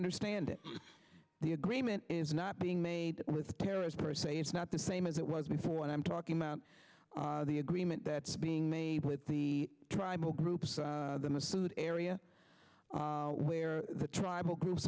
understand that the agreement is not being made with perez per se it's not the same as it was before and i'm talking about the agreement that's being made with the tribal groups in the summit area where the tribal groups